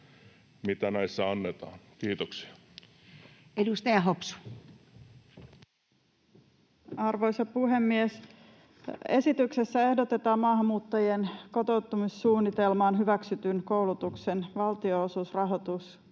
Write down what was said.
muuttamisesta Time: 16:55 Content: Arvoisa puhemies! Esityksessä ehdotetaan maahanmuuttajien kotoutumissuunnitelmaan hyväksytyn koulutuksen valtionosuusrahoituksen